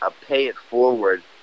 pay-it-forward